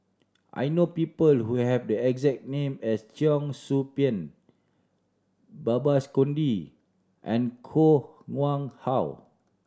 I know people who have the exact name as Cheong Soo Pieng Babes Conde and Koh Nguang How